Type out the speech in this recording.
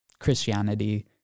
christianity